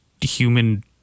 human